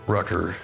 Rucker